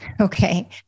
Okay